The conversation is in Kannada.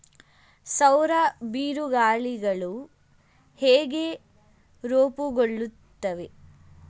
ಸೌರ ಬಿರುಗಾಳಿಗಳು ಹೇಗೆ ರೂಪುಗೊಳ್ಳುತ್ತವೆ?